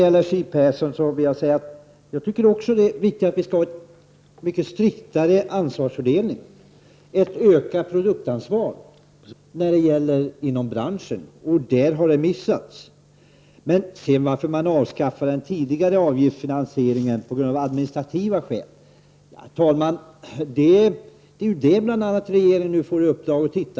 Till Siw Persson vill jag säga att också jag tycker att det är viktigt att vi får en mycket striktare ansvarsfördelning och ett ökat produktansvar inom branschen, men det har man missat. Att man sedan avskaffar den tidigare avgiftsfinansieringen på grund av administrativa skäl är ju bl.a. det som regeringen nu får i uppdrag att se över.